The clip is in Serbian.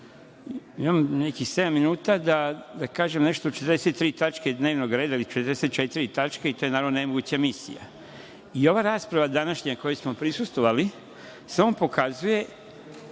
imam nekih sedam minuta da kažem nešto o 43 tačke dnevnog reda, ili 44 tačke, što je naravno nemoguća misija. Ova rasprava današnja kojoj smo prisustvovali samo pokazuje,